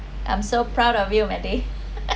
I'm so proud of you mandy